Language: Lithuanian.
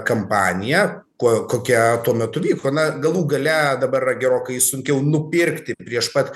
kampaniją kuo kokia tuo metu vyko na galų gale dabar yra gerokai sunkiau nupirkti prieš pat